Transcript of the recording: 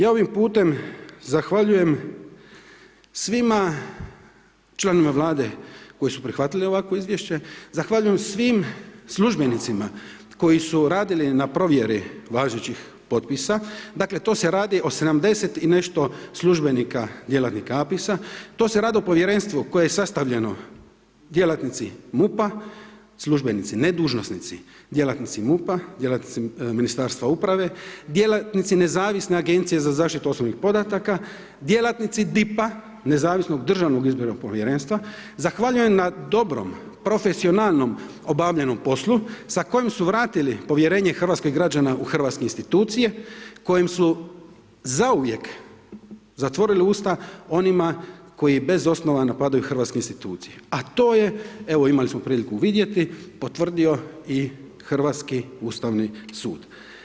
Ja ovim putem zahvaljujem svima članovima Vlade koji su prihvatili ovakvo izvješće, zahvaljujem svim službenicima koji su radili na provjeri važećih potpisa, dakle, to se radi o 70 i nešto službenika, djelatnika apisa, to se radi o povjerenstvu koje je sastavljeno, djelatnici MUP-a, službenici, ne dužnosnici, djelatnici MUP-a, djelatnici Ministarstva uprave, djelatnici Nezavisne agencije za zaštitu osobnih podataka, djelatnici DIP-a Nezavisnog državnog izbornog povjerenstva, zahvaljujem na dobrom profesionalnom obavljenom poslu sa kojim su vratili povjerenje hrvatskih građana u hrvatske institucije, kojim su zauvijek zatvorili usta onima koji bez osnovano napadaju hrvatske institucije, a to je, evo imali smo priliku vidjeti, potvrdio i hrvatski Ustavni sud.